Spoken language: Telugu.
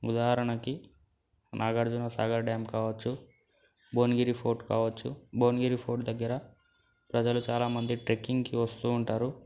ఉదాహరణకి నాగార్జునసాగర్ డ్యామ్ కావచ్చు భువనగిరి ఫోర్ట్ కావచ్చు భువనగిరి ఫోర్ట్ దగ్గర ప్రజలు చాలా మంది ట్రెక్కింగ్కి వస్తు ఉంటారు